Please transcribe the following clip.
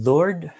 Lord